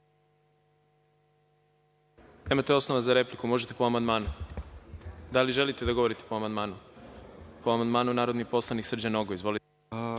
Hvala.